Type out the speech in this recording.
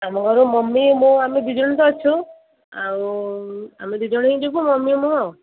ଆମ ଘରୁ ମମି ମୁଁ ଆମେ ଦୁଇ ଜଣ ତ ଅଛୁ ଆଉ ଆମେ ଦୁଇ ଜଣ ହିଁ ଯିବୁ ମମି ମୁଁ ଆଉ